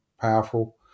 powerful